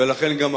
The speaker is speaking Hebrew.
ולכן גם הפתעות,